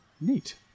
neat